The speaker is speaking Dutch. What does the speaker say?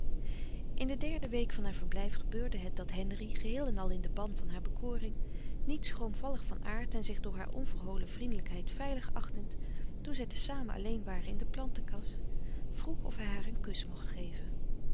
in de derde week van haar verblijf gebeurde het dat henri geheel en al in den ban van haar bekoring niet schroomvallig van aard en zich door haar onverholen vriendelijkheid veilig achtend toen zij te samen alleen waren in de planten kas vroeg of hij haar een kus mocht geven